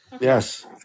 Yes